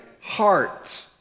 heart